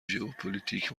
ژئوپلیتک